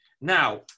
Now